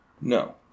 No